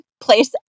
place